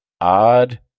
odd